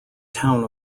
town